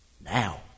now